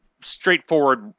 straightforward